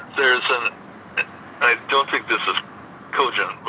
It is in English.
there's an i don't think this is cogent,